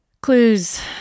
Clues